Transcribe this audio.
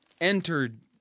Entered